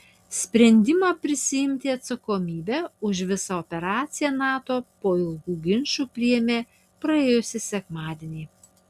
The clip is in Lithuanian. sprendimą prisiimti atsakomybę už visą operaciją nato po ilgų ginčų priėmė praėjusį sekmadienį